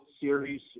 series